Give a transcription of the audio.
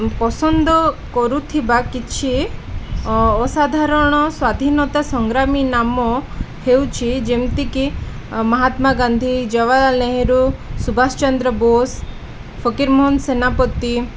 ପସନ୍ଦ କରୁଥିବା କିଛି ଅସାଧାରଣ ସ୍ଵାଧୀନତା ସଂଗ୍ରାମୀ ନାମ ହେଉଛି ଯେମିତିକି ମହାତ୍ମା ଗାନ୍ଧୀ ଜବାହାର ନେହେରୁ ସୁବାଷ ଚନ୍ଦ୍ର ବୋଷ ଫକୀରମୋହନ ସେନାପତି